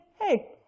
hey